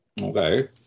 Okay